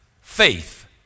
Faith